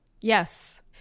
Yes